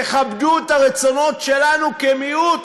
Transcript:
תכבדו את הרצונות שלנו כמיעוט,